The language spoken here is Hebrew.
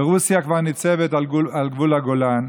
ורוסיה כבר ניצבת על גבול הגולן.